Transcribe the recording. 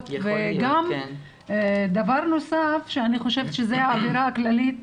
וגם דבר נוסף שאני חושבת שזה האווירה הכללית,